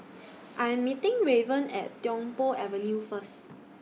I'm meeting Raven At Tiong Poh Avenue First